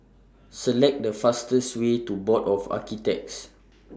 Select The fastest Way to Board of Architects